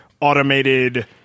automated